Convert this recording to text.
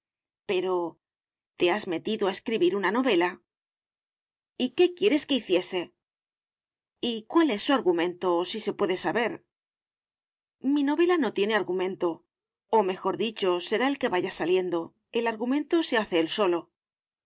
pero te has metido a escribir una novela y qué quieres que hiciese y cuál es su argumento si se puede saber mi novela no tiene argumento o mejor dicho será el que vaya saliendo el argumento se hace él solo